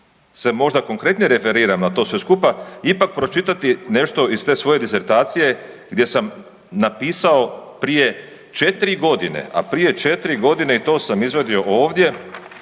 se možda konkretnije referiram na to sve skupa ipak pročitati nešto iz te svoje disertacije gdje sam napisao prije 4 godine, a prije 4 godine, i to sam izvadio ovdje,